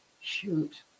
Shoot